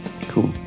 cool